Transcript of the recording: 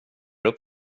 upp